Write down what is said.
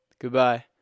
Goodbye